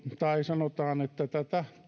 tai sanotaan tätä